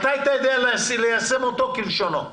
מתי תדע ליישם אותו כלשונו?